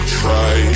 try